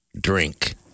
Drink